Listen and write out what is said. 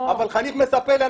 אבל חניך מספר לי,